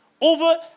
over